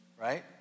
right